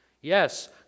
Yes